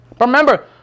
Remember